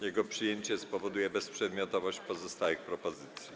Jego przyjęcie spowoduje bezprzedmiotowość pozostałych propozycji.